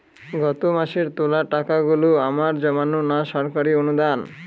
গত মাসের তোলা টাকাগুলো আমার জমানো না সরকারি অনুদান?